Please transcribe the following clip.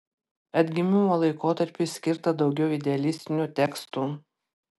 atgimimo laikotarpiui skirta daugiau idealistinių tekstų